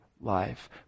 life